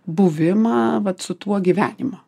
buvimą vat su tuo gyvenimo